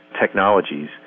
technologies